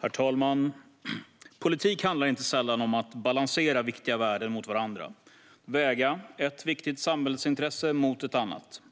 Herr talman! Politik handlar inte sällan om att balansera viktiga värden mot varandra - att väga ett viktigt samhällsintresse mot ett annat.